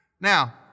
Now